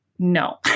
No